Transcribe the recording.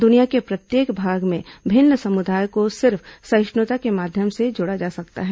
दुनिया के प्रत्येक भाग में भिन्न समुदायों को सिर्फ सहिष्णुता के माध्यम से जोड़ा जा सकता है